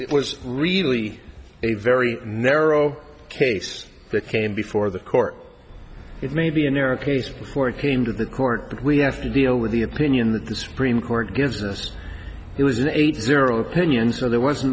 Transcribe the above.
it was really a very narrow case that came before the court it may be in your case before it came to the court that we have to deal with the opinion that the supreme court gives us it was an eight zero opinion so there wasn't